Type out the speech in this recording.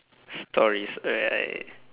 stories alright